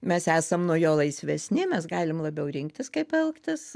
mes esam nuo jo laisvesni mes galim labiau rinktis kaip elgtis